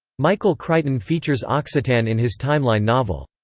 michael crichton features occitan in his timeline novel.